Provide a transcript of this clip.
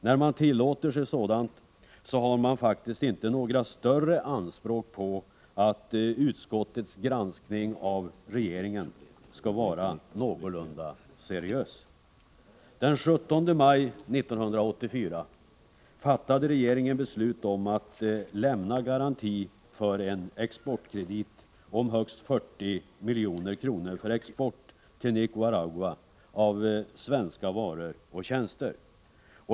När man tillåter sig sådant, så har man faktiskt inte några större anspråk på att utskottets granskning av regeringen skall vara någorlunda seriös. Den 17 maj 1984 fattade regeringen beslut om att lämna garanti för en exportkredit om högst 40 milj.kr. för export till Nicaragua av svenska varor och tjänster.